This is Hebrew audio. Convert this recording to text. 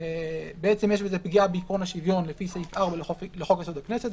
יש בזה פגיעה בעיקרון השוויון לפי סעיף 4 לחוק-יסוד: הכנסת,